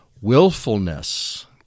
willfulness